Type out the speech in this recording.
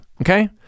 Okay